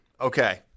Okay